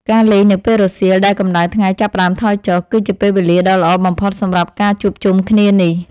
ការលេងនៅពេលរសៀលដែលកម្តៅថ្ងៃចាប់ផ្ដើមថយចុះ គឺជាពេលវេលាដ៏ល្អបំផុតសម្រាប់ការជួបជុំគ្នានេះ។